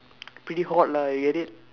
pretty hot lah you get it